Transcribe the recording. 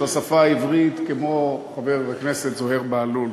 השפה העברית כמו חבר הכנסת זוהיר בהלול.